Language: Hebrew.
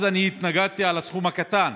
אז אני התנגדתי לסכום הקטן,